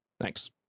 thanks